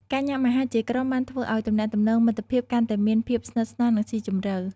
ការញ៉ាំអាហារជាក្រុមបានធ្វើឱ្យទំនាក់ទំនងមិត្តភាពកាន់តែមានភាពស្និទ្ធស្នាលនិងស៊ីជម្រៅ។